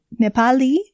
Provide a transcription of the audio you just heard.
Nepali